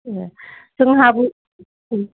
ए जोंहाबो